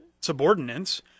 subordinates